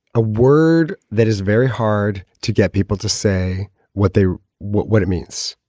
a word that is very hard to get people to say what they what what it means.